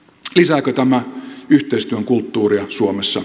lisääkö tämä yhteistyön kulttuuria suomessa